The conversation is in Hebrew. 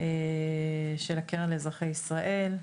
של הקרן לאזרחי ישראל.